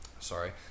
Sorry